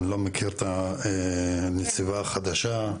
אני לא מכיר את הנציבה החדשה,